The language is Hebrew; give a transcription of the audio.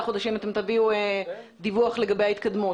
חודשים אתם תביאו דיווח לגבי ההתקדמות?